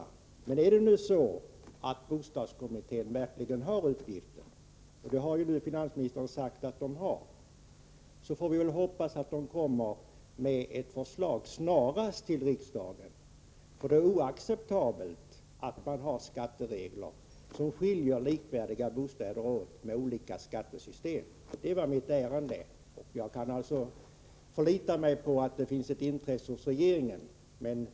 Men är det nu så att bostadskommittén verkligen har denna uppgift — och det har ju finansministern sagt att den har — så får vi väl hoppas att den kommer med ett förslag till riksdagen snarast. Det är oacceptabelt att man har skatteregler som skiljer likvärdiga bostäder åt med olika skattesystem. Detta var mitt ärende. Jag kan tydligen förlita mig på att det finns ett intresse hos regeringen.